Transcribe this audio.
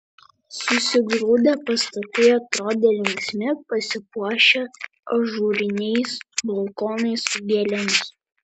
susigrūdę pastatai atrodė linksmi pasipuošę ažūriniais balkonais su gėlėmis